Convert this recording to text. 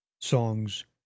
songs